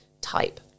type